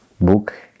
book